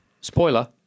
Spoiler